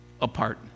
apart